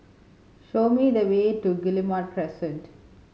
show me the way to Guillemard Crescent